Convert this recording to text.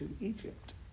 Egypt